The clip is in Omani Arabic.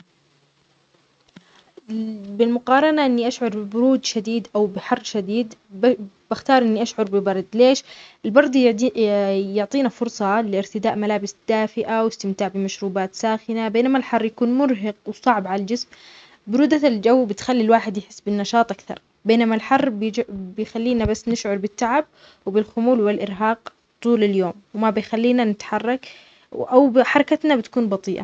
أفضل الشعور بالبرودة الشديدة. لأنني أقدر أتحكم في البرودة، ممكن ألبس ملابس دافئة وأستخدم وسائل تدفئة. أما الحر الشديد، يكون صعب التحمل وأثره أكثر على الجسم، لأن ما في طريقة للتخفيف منه إلا بتبريد الهواء، وقد يكون غير مريح بشكل عام.